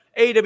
AW